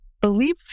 believe